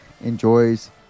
enjoys